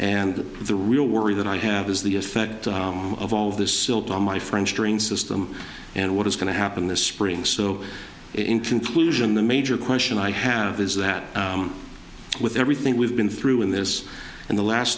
and the real worry that i have is the effect of all of this silt on my french drain system and what is going to happen this spring so in conclusion the major question i have is that with everything we've been through in this in the last